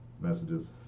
messages